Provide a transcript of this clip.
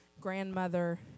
grandmother